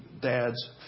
dad's